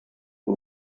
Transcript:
and